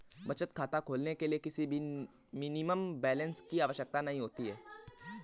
बचत खाता खोलने के लिए किसी भी मिनिमम बैलेंस की आवश्यकता नहीं होती है